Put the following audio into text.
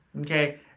okay